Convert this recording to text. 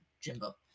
Jimbo